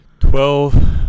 Twelve